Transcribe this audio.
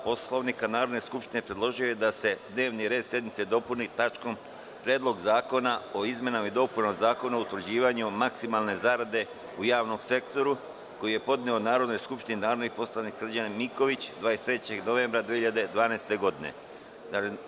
Poslovnika Narodne skupštine, predložio je da se dnevni red sednice dopuni tačkom – Predlog zakona o izmenama i dopunama Zakona o utvrđivanju maksimalne zarade u javnom sektoru, koji je podneo Narodnoj skupštini narodni poslanik Srđan Miković 23. novembra 2012. godine.